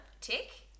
Tick